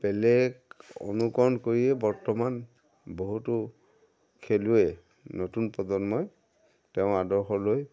পেলেক অনুকৰণ কৰিয়ে বৰ্তমান বহুতো খেলুৱৈ নতুন প্ৰজন্মই তেওঁৰ আদৰ্শ লৈ